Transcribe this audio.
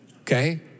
Okay